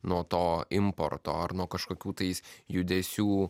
nuo to importo ar nuo kažkokių tais judesių